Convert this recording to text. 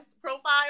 profile